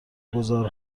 گذار